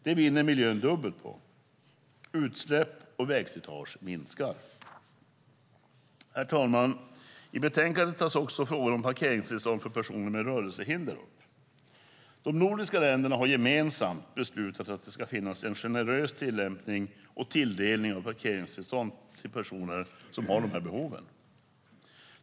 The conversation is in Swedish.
Det vinner miljön dubbelt på - utsläpp och vägslitage minskar. Herr talman! I betänkandet tas också frågan om parkeringstillstånd för personer med rörelsehinder upp. De nordiska länderna har gemensamt beslutat att det ska finnas en generös tillämpning och tilldelning av parkeringstillstånd till personer som har de här behoven.